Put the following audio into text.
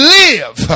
live